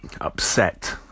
upset